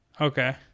Okay